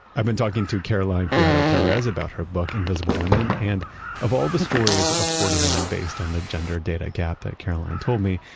i've been talking to caroline criado perez about her book invisible women. and of all the stories of poor design, based on the gender data gap that caroline told me,